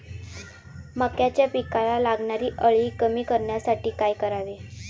मक्याच्या पिकाला लागणारी अळी कमी करण्यासाठी काय करावे?